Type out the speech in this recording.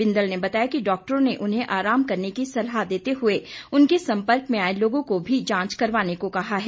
बिंदल ने बताया कि डाक्टरों ने उन्हें आराम करने की सलाह देते हुए उनके सम्पर्क में आए लोगों को भी जांच करवाने कहा है